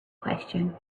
question